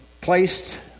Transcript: placed